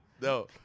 No